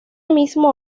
mismo